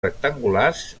rectangulars